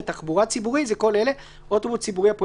תחבורה ציבורית זה כל אלה: אוטובוס ציבורי הפועל